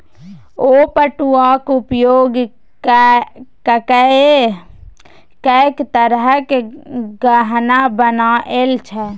ओ पटुआक उपयोग ककए कैक तरहक गहना बना लए छै